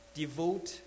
devote